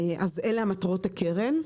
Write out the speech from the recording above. אלה מטרות הקרן.